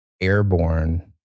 airborne